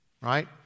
Right